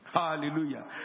hallelujah